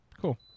cool